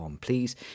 Please